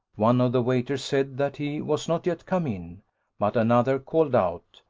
one of the waiters said, that he was not yet come in but another called out,